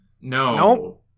No